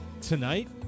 tonight